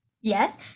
yes